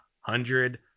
hundred